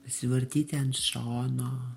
pasivartyti ant šono